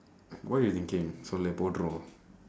what you thinking சொல்லு போட்டுருவோம்:sollu pootduruvoom